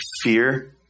fear